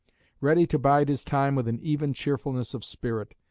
ready to bide his time with an even cheerfulness of spirit,